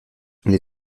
les